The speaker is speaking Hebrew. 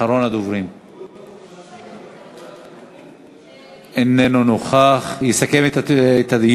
אשר הצעת החוק שלך היא שהתניעה את המערכת הממשלתית והובילה